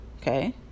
Okay